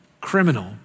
criminal